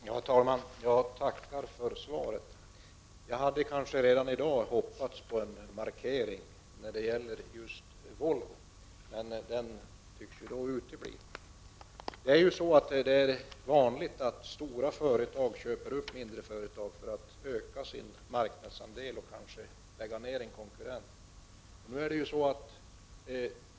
Herr talman! Jag tackar för svaret. Jag hade kanske redan i dag hoppats på en markering när det gäller just Volvo. Men den tycks utebli. Det är vanligt att stora företag köper upp mindre företag för att öka sin Prot. 1989/90:25 marknadsandel och kanske lägga ner en konkurrent.